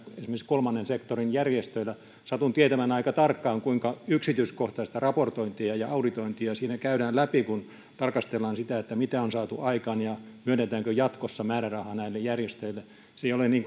kolmannen sektorin järjestöillä on vahva raportointivelvollisuus satun tietämään aika tarkkaan kuinka yksityiskohtaista raportointia ja ja auditointia siinä käydään läpi kun tarkastellaan mitä on saatu aikaan ja myönnetäänkö jatkossa määrärahaa näille järjestöille se ei ole